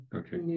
okay